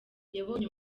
yabonye